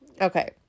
Okay